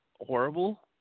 horrible